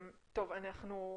או.קיי.